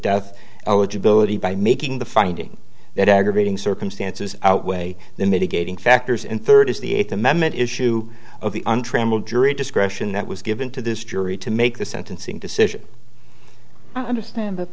death eligibility by making the finding that aggravating circumstances outweigh the mitigating factors and third is the eighth amendment issue of the untrammelled jury discretion that was given to this jury to make the sentencing decision understand